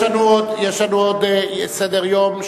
יש לנו עוד סדר-יום,